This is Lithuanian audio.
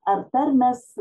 ar tarmės